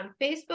Facebook